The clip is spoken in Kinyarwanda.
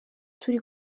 turi